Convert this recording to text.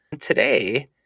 Today